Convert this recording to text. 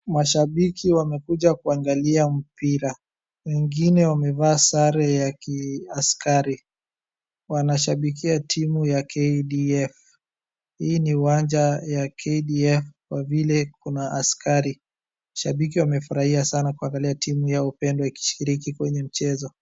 Mashabiki wamekuja kuangalia mpira, mwingine wamevaa sare ya kiaskari, wanashabikia timu ya kDF, hii ni uwanja ya KDF kwa vile kuna askari. Shabiki wamefurahia sana kuangalia timu yao pendwa ikishiriki kwenye mchezo.